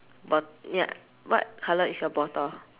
what ya what colour is your bottle